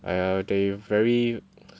!aiya! I will tell you very